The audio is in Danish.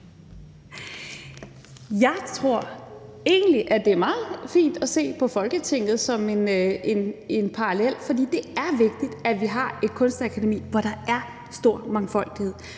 Jeg tror egentlig, at det er meget fint at se på Folketinget som en parallel til Kunstakademiet, for det er vigtigt, at vi har et kunstakademi, hvor der er stor mangfoldighed,